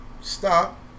stop